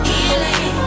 Healing